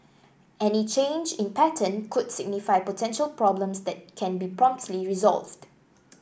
any change in pattern could signify potential problems that can be promptly resolved